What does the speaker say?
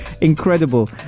incredible